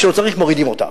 כשלא צריך מורידים אותה.